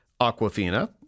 Aquafina